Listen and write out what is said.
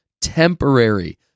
temporary